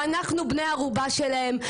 ואנחנו בני ערובה שלהם.